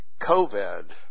COVID